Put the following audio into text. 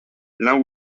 l’un